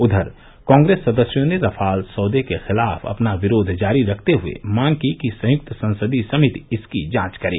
उघर कांग्रेस सदस्यों ने रफाल सौदे के खिलाफ अपना विरोध जारी रखते हुए मांग की कि संयुक्त संसदीय समिति इसकी जांच करे